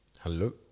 Hello